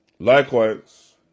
Likewise